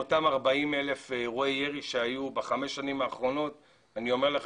אותם 40 אלף אירועי ירי שהיו בחמש השנים האחרונות אני אומר לך